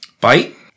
Bite